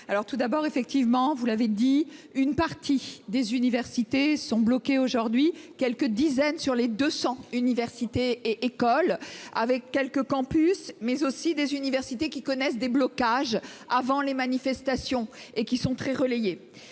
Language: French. Alors tout d'abord, effectivement, vous l'avez dit, une partie des universités sont bloquées aujourd'hui quelques dizaines sur les 200 universités et écoles avec quelques campus mais aussi des universités qui connaissent des blocages avant les manifestations et qui sont très relayée.